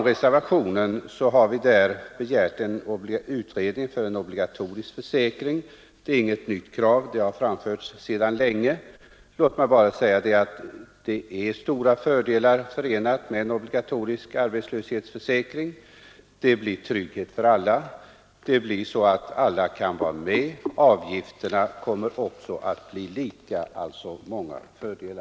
I reservationen har vi begärt en utredning om en obligatorisk försäkring. Det är inget nytt krav, det har framförts från vårt håll sedan länge. Låt mig bara säga att det är stora fördelar förenade med en obligatorisk arbetslöshetsförsäkring. Det blir trygghet för alla, alla kan vara med. Avgifterna kommer också att bli lika för alla.